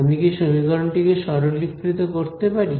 আমি কি সমীকরণ টিকে সরলীকৃত করতে পারি